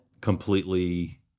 completely